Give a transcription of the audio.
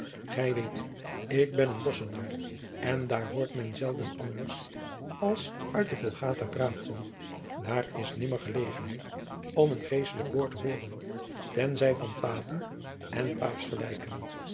gij weet ik ben een bosschenaar en daar hoort men zelden anders als uit de vulgata praten daar is nimmer gelegenheid om een geestelijk woord te hooren ten zij van papen en